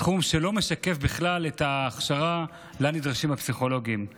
סכום שלא משקף בכלל את ההכשרה שהפסיכולוגים נדרשים לה,